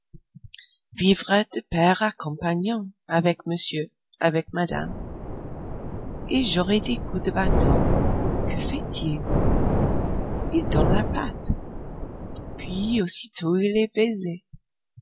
vivra de pair à compagnon avec monsieur avec madame et j'aurai des coups de bâton que fait-il il donne la patte puis aussitôt il est baisé